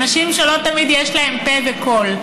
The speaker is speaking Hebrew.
אנשים שלא תמיד יש להם פה וקול.